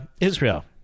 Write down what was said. Israel